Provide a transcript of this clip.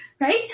right